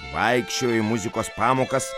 vaikščiojo į muzikos pamokas